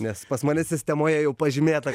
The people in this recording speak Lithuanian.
nes pas mane sistemoje jau pažymėta